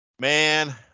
man